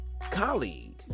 Colleague